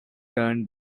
turn